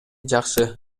жакшы